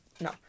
No